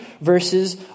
verses